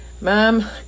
Mom